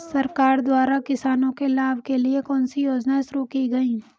सरकार द्वारा किसानों के लाभ के लिए कौन सी योजनाएँ शुरू की गईं?